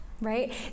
right